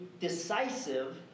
decisive